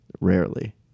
Rarely